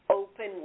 open